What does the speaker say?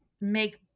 make